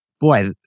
Boy